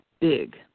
big